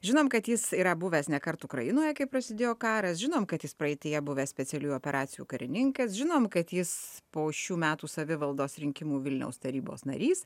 žinom kad jis yra buvęs nekart ukrainoje kai prasidėjo karas žinom kad jis praeityje buvęs specialiųjų operacijų karininkas žinom kad jis po šių metų savivaldos rinkimų vilniaus tarybos narys